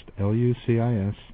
L-U-C-I-S